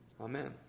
amen